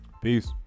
Peace